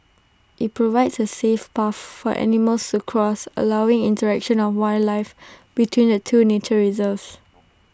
IT provides A safe path for animals to cross allowing interaction of wildlife between the two nature reserves